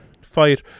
fight